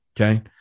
okay